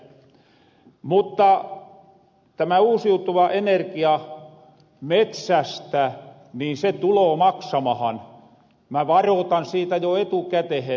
mutta tämä uusiutuva energia metsästä niin se tuloo maksamahan mä varotan siitä jo etukätehen